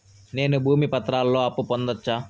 నేను భూమి పత్రాలతో అప్పు పొందొచ్చా?